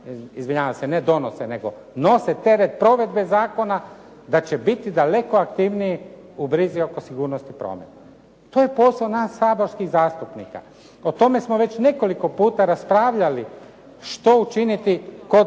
izvinjavam se, ne donose, nego nose teret provedbe zakona da će biti daleko aktivniji u brizi oko sigurnosti prometa. To je posao nas saborskih zastupnika. O tome smo već nekoliko puta raspravljali što učiniti kod